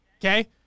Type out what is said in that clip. okay